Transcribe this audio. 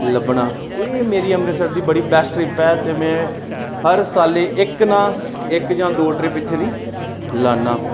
लब्भना एह् मेरी अमृतसर दी बड़ी बैस्ट ट्रिप ऐ ते में हर साल इक ना इक जां दो ट्रिप इत्थै दी लान्ना